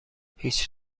هیچ